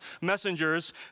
messengers